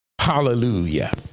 Hallelujah